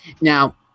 Now